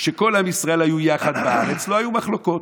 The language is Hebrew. כשכל עם ישראל היו יחד בארץ, לא היו מחלוקות.